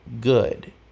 good